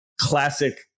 classic